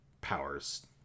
powers